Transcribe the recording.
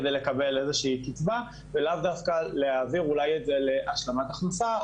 כדי לקבל איזושהי קצבה ולאו דווקא להעביר אולי את זה להשלמת הכנסה,